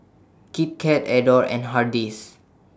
Kit Kat Adore and Hardy's